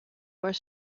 were